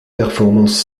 performances